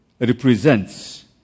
represents